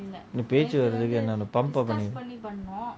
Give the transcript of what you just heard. பேச்சு வாரத்துக்கு என்ன:peachu varathuku enna pump eh பண்ணனும்:pannanum